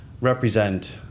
represent